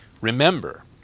remember